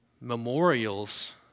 memorials